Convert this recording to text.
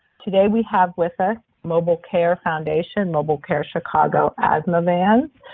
today, we have with us mobile care foundation, mobile care chicago asthma van.